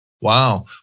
Wow